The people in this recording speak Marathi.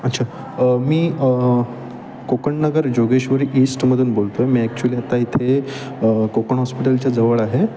अच्छा मी कोकण नगर जोगेश्वरी ईस्टमधून बोलतो आहे मी ॲक्च्युली आत्ता इथे कोकण हॉस्पिटलच्या जवळ आहे